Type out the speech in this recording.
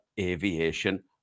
aviation